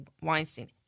Weinstein